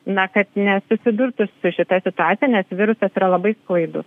na kad nesusidurtų su šita situacija nes virusas yra labai sklaidus